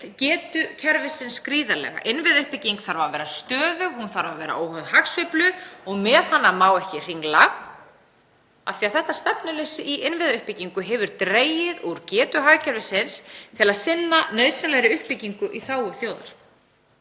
getu kerfisins gríðarlega. Innviðauppbygging þarf að vera stöðug, hún þarf að vera óháð hagsveiflu, með hana má ekki hringla. Þetta stefnuleysi í innviðauppbyggingu hefur dregið úr getu hagkerfisins til að sinna nauðsynlegri uppbyggingu í þágu þjóðar.